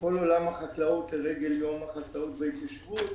כל עולם החקלאות לרגל יום החקלאות וההתיישבות.